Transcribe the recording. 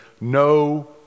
no